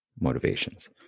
motivations